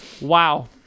Wow